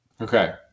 Okay